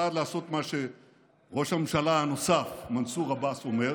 1. לעשות מה שראש הממשלה הנוסף מנסור עבאס אומר,